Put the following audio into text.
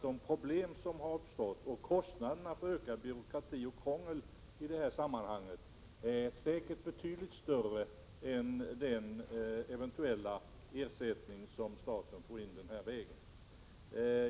De problem som har uppstått är stora, och kostnaderna för ökad byråkrati och krångel är säkert betydligt större än den eventuella ersättning som staten får in den här vägen.